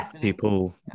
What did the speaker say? people